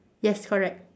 yes correct